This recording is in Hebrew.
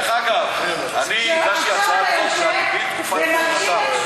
דרך אגב, עכשיו אתה יושב ומקשיב לתשובה.